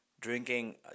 Drinking